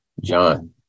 John